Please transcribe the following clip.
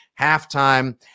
halftime